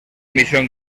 misión